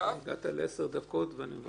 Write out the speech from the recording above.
הגעת לעשר דקות, ואני מבקש.